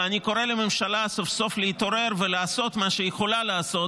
ואני קורא לממשלה סוף סוף להתעורר ולעשות מה שהיא יכולה לעשות,